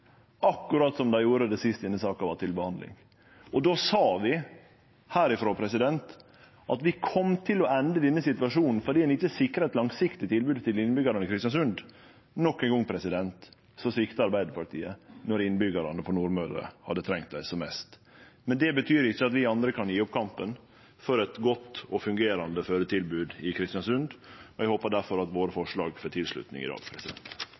akkurat som dei gjorde det sist denne saka var til behandling. Då sa vi herifrå at vi kom til å ende i denne situasjonen fordi ein ikkje sikra eit langsiktig tilbod til innbyggjarane i Kristiansund. Nok ein gong sviktar Arbeidarpartiet når innbyggjarane på Nordmøre hadde trengt dei som mest. Men det betyr ikkje at vi andre kan gje opp kampen for eit godt og fungerande fødetilbod i Kristiansund, og eg håpar difor at våre forslag får tilslutning i dag.